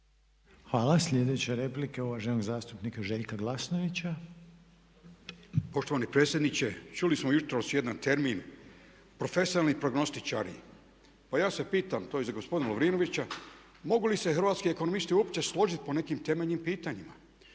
Hvala. Sljedeća replika je uvaženog zastupnika Željka Glasnovića.